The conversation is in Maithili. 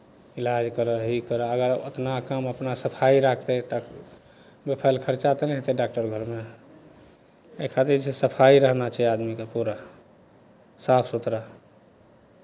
इलाज करह हे ई करह अपना काम अपना सफाइ राखतै तऽ बेफाइल खर्चा तऽ नहि हेतै डॉक्टर घरमे एहि खातिर जे छै सफाइ रहना चाही आदमीकेँ पूरा साफ सुथरा